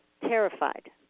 terrified